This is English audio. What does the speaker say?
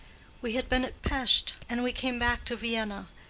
we had been at pesth and we came back to vienna.